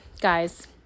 guys